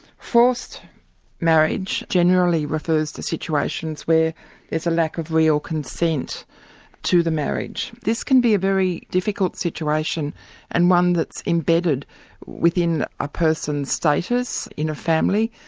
forced marriage generally refers to situations where there's a lack of real consent to the marriage. this can be a very difficult situation and one that's embedded within a person's status in a family,